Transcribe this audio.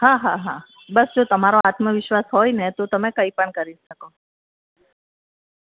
હા હા હા બસ જો તમારો આત્મવિશ્વાસ હોય ને તો તમે કંઈ પણ કરી શકો